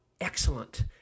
excellent